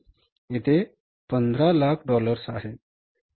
येथे हे 1500000 डॉलर्स आहेत